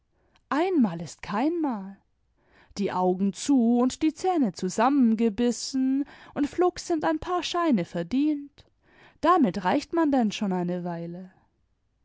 einmal ist keinmal die augen zu und die zähne zusammengebissen und flugs sind ein paar scheine verdient damit reicht man denn schon eine weile